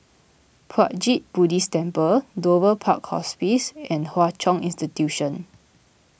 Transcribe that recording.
Puat Jit Buddhist Temple Dover Park Hospice and Hwa Chong Institution